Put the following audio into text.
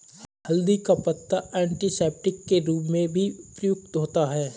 हल्दी का पत्ता एंटीसेप्टिक के रूप में भी प्रयुक्त होता है